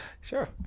Sure